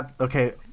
Okay